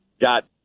got